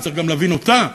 וצריך גם להבין אותה.